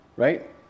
Right